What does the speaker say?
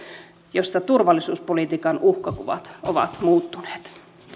joissa turvallisuuspolitiikan uhkakuvat ovat muuttuneet